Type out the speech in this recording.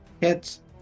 Hits